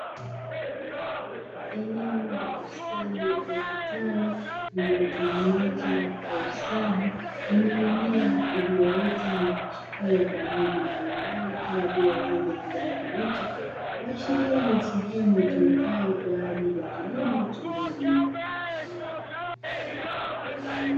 Eneo la bustani au kitalu lililotengenezwa kwa ustadi, lenye mimea iliyoota na kuchipua kwa rangi mbalimbali, kama vile rangi ya kijani kibichi, kuashiria ni sehemu itumikayo, kwa ajili ya kilimo cha mbegu.